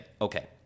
okay